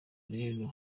rero